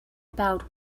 about